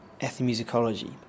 ethnomusicology